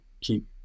keep